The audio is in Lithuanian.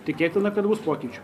tikėtina kad bus pokyčių